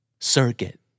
Circuit